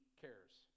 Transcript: cares